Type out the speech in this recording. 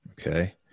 Okay